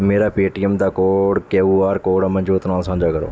ਮੇਰਾ ਪੇਟੀਐੱਮ ਦਾ code Q R code Amanjot ਨਾਲ ਸਾਂਝਾ ਕਰੋ